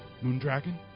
Moondragon